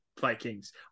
Vikings